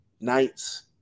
nights